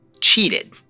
cheated